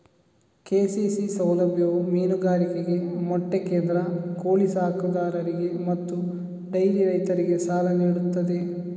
KCC ಸೌಲಭ್ಯವು ಮೀನುಗಾರರಿಗೆ, ಮೊಟ್ಟೆ ಕೇಂದ್ರ, ಕೋಳಿ ಸಾಕುದಾರರಿಗೆ ಮತ್ತು ಡೈರಿ ರೈತರಿಗೆ ಸಾಲ ನೀಡುತ್ತದೆ